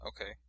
Okay